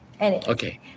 Okay